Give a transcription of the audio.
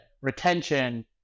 retention